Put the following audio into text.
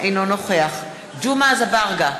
אינו נוכח ג'מעה אזברגה,